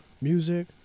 music